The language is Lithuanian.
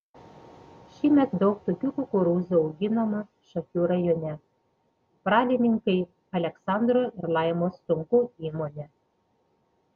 šįmet daug tokių kukurūzų auginama šakių rajone pradininkai aleksandro ir laimos stonkų įmonė